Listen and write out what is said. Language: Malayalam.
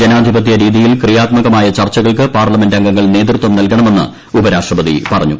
ജനാധിപത്യ രീതിയിൽ ക്രീയാത്മകമായ ചർച്ചകൾക്ക് പാർലമെന്റ് അംഗങ്ങൾ നേതൃത്വം നൽകണമെന്ന് ഉപരാഷ്ട്രപതി പറഞ്ഞു